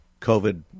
COVID